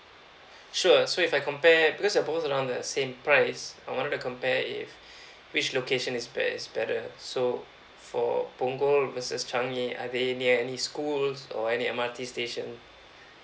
sure so if I compare because both are around the same price I wanted to compare if which location is bet~ better so for punggol versus changi are they near any schools or any M_R_T station